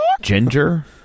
Ginger